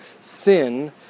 sin